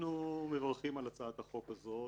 אנחנו מברכים על הצעת החוק הזו.